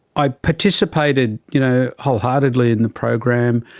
i participated you know wholeheartedly in the program.